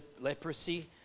leprosy